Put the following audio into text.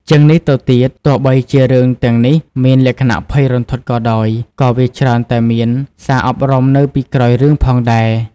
ជាងនេះទៅទៀត ទោះបីជារឿងទាំងនេះមានលក្ខណៈភ័យរន្ធត់ក៏ដោយ ក៏វាច្រើនតែមានសារអប់រំនៅពីក្រោយរឿងផងដែរ ។